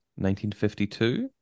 1952